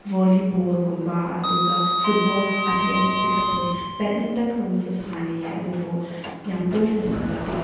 ꯕꯣꯜꯂꯤꯕꯣꯜꯒꯨꯝꯕ ꯑꯗꯨꯒ ꯐꯨꯠꯕꯣꯜ ꯑꯁꯤ ꯑꯅꯤꯁꯤ ꯈꯛꯇꯅꯤ ꯕꯦꯠꯃꯤꯟꯇꯟꯒꯨꯝꯕꯁꯨ ꯁꯥꯟꯅꯩꯌꯦ ꯑꯗꯨꯕꯨ ꯌꯥꯝ ꯇꯣꯏꯅ ꯁꯥꯟꯅꯗꯦ